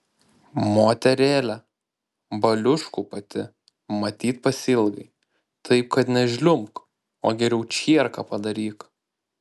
moterėle baliuškų pati matyt pasiilgai taip kad nežliumbk o geriau čierką padaryk